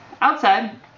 outside